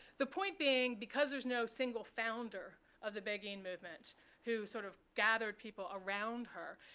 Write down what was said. the point being, because there's no single founder of the beguine movement who sort of gathered people around her,